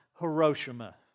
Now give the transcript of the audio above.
Hiroshima